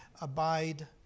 abide